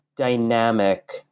dynamic